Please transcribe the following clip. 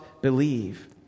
believe